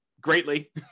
greatly